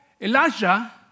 Elijah